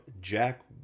Jack